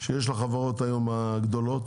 שיש לחברות הגדולות היום,